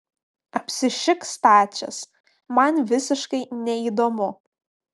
apsišik stačias man visiškai neįdomu